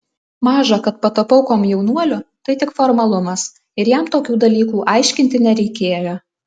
maža kad patapau komjaunuoliu tai tik formalumas ir jam tokių dalykų aiškinti nereikėjo